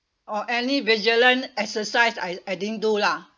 or any vigilant exercise I I didn't do lah